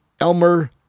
elmer